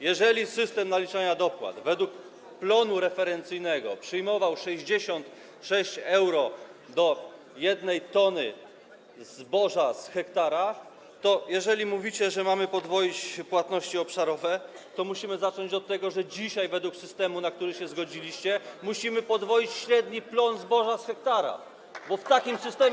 Jeżeli system naliczania dopłat według plonu referencyjnego przyjmował 66 euro do 1 t zboża z hektara i jeżeli mówicie, że mamy podwoić płatności obszarowe, to musimy zacząć od tego, że dzisiaj według systemu, na który się zgodziliście, musimy podwoić średni plon zboża z hektara, bo w takim systemie.